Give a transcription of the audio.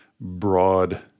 broad